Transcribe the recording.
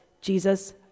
Jesus